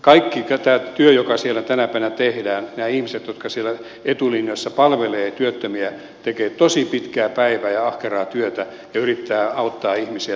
kaikessa tässä työssä joka siellä tänä päivänä tehdään nämä ihmiset jotka siellä etulinjassa palvelevat työttömiä tekevät tosi pitkää päivää ja ahkeraa työtä ja yrittävät auttaa ihmisiä tässä tilanteessa